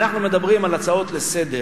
אנחנו מדברים על הצעות לסדר